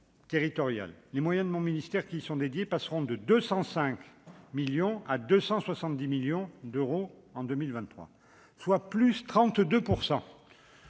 Les moyens de mon ministère qui y sont dédiés passeront de 205 à 270 millions d'euros en 2023, soit une